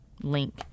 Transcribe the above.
link